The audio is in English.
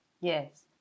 Yes